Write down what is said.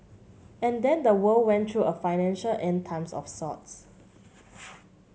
and then the world went through a financial End Times of sorts